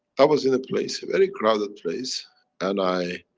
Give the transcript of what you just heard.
i was in a place, a very crowded place and i,